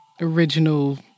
original